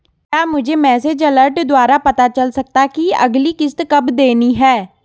क्या मुझे message alert द्वारा पता चल सकता कि अगली किश्त कब देनी है?